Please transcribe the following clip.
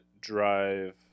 drive